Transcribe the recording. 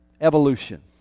evolution